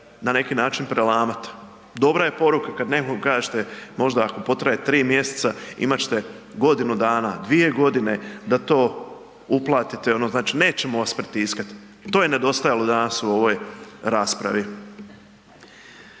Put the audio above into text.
na neki način prelamat. Dobra je poruka kada nekom kažete možda ako potraje tri mjeseca, imat ćete godinu dana, dvije godine da to uplatite, znači ono nećemo vas pritiskati. To je nedostajalo danas u ovoj raspravi.